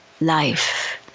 life